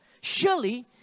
Surely